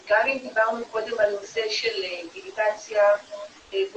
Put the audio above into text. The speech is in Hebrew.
אז גם אם דיברנו קודם על נושא של דיגיטציה ואוריינות,